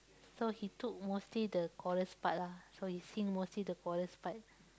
so he took mostly the chorus part ah so he sing mostly the chorus part